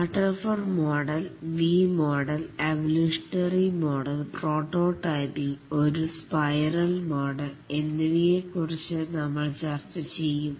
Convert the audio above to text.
waterfall model V model evolutionary model prototyping ഒരു ഒരു spiral model എന്നിവയെ കുറിച്ച് നമ്മൾ ചർച്ച ചെയ്യും